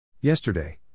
Yesterday